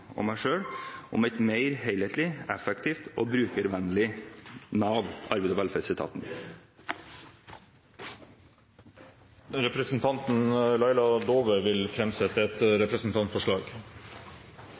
og meg selv om et mer helhetlig, effektivt og brukervennlig Nav. Representanten Laila Dåvøy vil framsette et